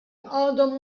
għadhom